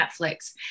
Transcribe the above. Netflix